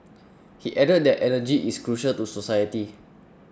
he added that energy is crucial to society